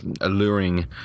alluring